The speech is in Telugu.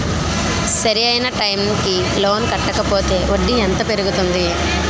సరి అయినా టైం కి లోన్ కట్టకపోతే వడ్డీ ఎంత పెరుగుతుంది?